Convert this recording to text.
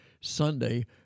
Sunday